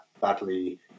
badly